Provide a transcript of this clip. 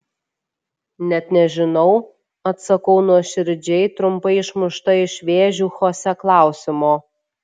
net nežinau atsakau nuoširdžiai trumpai išmušta iš vėžių chosė klausimo